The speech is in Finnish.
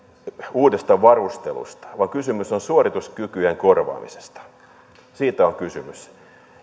uudesta varustelusta vaan kysymys on suorituskykyjen korvaamisesta siitä on kysymys